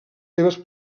seves